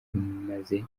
imaze